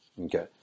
Okay